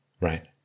Right